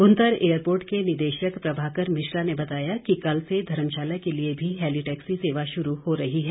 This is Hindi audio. भुंतर एयरपोर्ट के निदेशक प्रभाकर मिश्रा ने बताया कि कल से धर्मशाला के लिए भी हेलिटैक्सी सेवा शुरू हो रही है